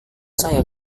saya